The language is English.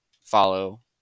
follow